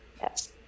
yes